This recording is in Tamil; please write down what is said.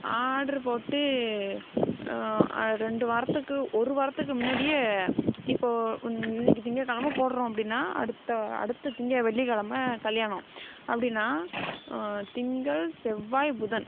ஆர்டரு போட்டு ரெண்டு வாரத்துக்கு ஒரு வாரத்துக்கு முன்னாடியே இப்போது இன்றைக்கி திங்கக்கிழம போடறோம் அப்படின்னா அடுத்த அடுத்த திங்க வெள்ளிக்கிழம கல்யாணம் அப்படின்னா திங்கள் செவ்வாய் புதன்